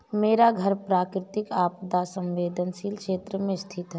मेरा घर प्राकृतिक आपदा संवेदनशील क्षेत्र में स्थित है